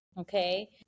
okay